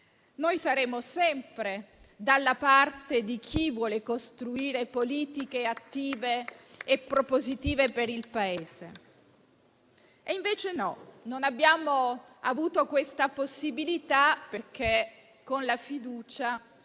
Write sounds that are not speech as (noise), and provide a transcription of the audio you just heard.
saremo sempre dalla parte di chi vuole costruire politiche attive e propositive per il Paese. (applause) Invece no, non abbiamo avuto questa possibilità, perché con la